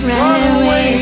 Runaway